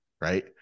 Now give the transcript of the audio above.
right